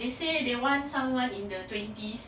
they say they want someone in the twenties